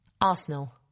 Arsenal